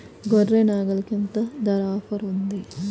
గొర్రె, నాగలికి ఎంత ధర ఆఫర్ ఉంది?